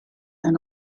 and